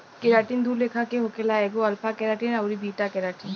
keratin दू लेखा के होखेला एगो अल्फ़ा केराटिन अउरी बीटा केराटिन